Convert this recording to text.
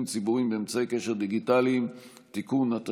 ציבוריים באמצעי קשר דיגיטליים (תיקון),